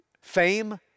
fame